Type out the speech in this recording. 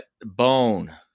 bone